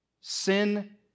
Sin